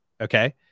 Okay